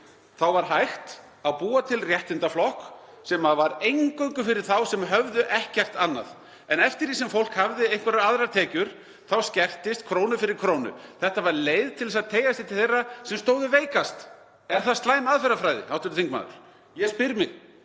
Þá var hægt að búa til réttindaflokk sem var eingöngu fyrir þá sem höfðu ekkert annað. Eftir því sem fólk hafði einhverjar aðrar tekjur þá skertist það krónu fyrir krónu. Það var leið til þess að teygja sig til þeirra sem stóðu veikast. Ég spyr: Er það slæm aðferðafræði, hv. þingmaður? Ég veit